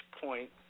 point